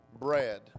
bread